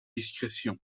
discrétion